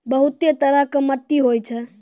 बहुतै तरह के मट्टी होय छै